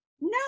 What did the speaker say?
no